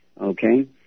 okay